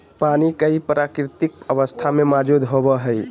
पानी कई प्राकृतिक अवस्था में मौजूद होबो हइ